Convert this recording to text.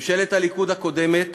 ממשלת הליכוד הקודמת